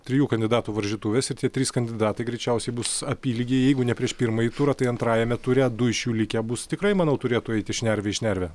trijų kandidatų varžytuvės ir tie trys kandidatai greičiausiai bus apylygiai jeigu ne prieš pirmąjį turą tai antrajame ture du iš jų likę bus tikrai manau turėtų eiti šnerve į šnervę